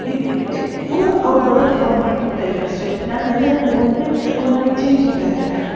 ಇದು ಟ್ ಏನೋ ಅವ್ರ್ಗೆ ಬರೋದು ಅವ್ರು ಮಾಡ್ಕೊಡ್ತಾ ಇದ್ದರು ಅಷ್ಟೆ ನಾನೆಲ್ಲಾದರೂ ಹೋದ್ರೆ ಅವರ ಮನೆಗೆ ಚೇಂಜ್ ಇರ್ತಾ ಇದಲ್ಲ